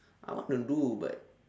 I want to do but